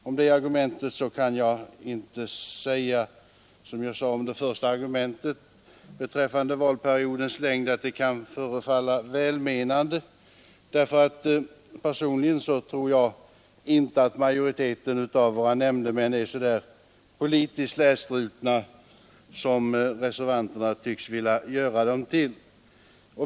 Om detta argument kan jag inte säga — som jag gjorde om det första argumentet beträffande valperiodens längd — att det kan förefalla välmenande. Personligen tror jag inte att majoriteten av våra nämndemän är så politiskt slätstrukna som reservanterna tycks vilja göra dem till.